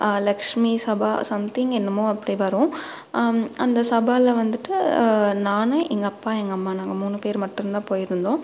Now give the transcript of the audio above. Lakshmi Sabha something என்னமோ அப்படி வரும் அந்த சபாவில் வந்துட்டு நானும் எங்கள் அப்பா எங்க அம்மா நாங்கள் மூணு பேர் மட்டும் தான் போயிருந்தோம்